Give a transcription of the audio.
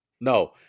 No